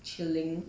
chilling